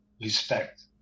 respect